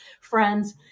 friends